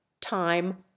time